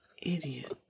idiot